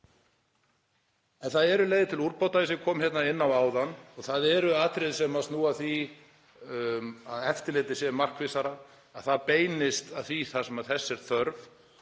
En það eru leiðir til úrbóta, eins og ég kom inn á áðan, og það eru atriði sem snúa að því að eftirlitið sé markvissara, að það beinist að því þar sem þess er þörf.